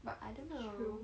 but I don't know